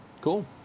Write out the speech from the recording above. cool